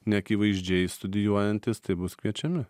neakivaizdžiai studijuojantys tai bus kviečiami